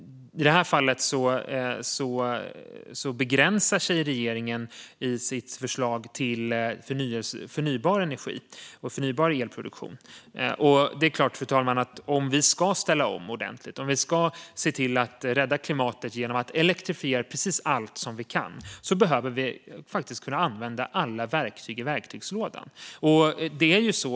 I det här fallet begränsar regeringen sig i sitt förslag till förnybar energi och förnybar elproduktion. Fru talman! Om vi ska ställa om ordentligt och se till att rädda klimatet genom att se till att elektrifiera precis allt vi kan behöver vi kunna använda alla verktyg i verktygslådan.